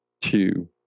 two